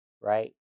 right